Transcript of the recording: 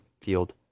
field